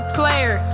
player